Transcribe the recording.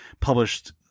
published